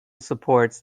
supports